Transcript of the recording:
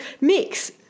mix